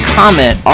comment